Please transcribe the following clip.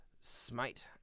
Smite